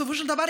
בסופו של דבר,